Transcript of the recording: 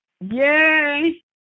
Yay